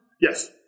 Yes